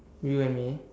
you and me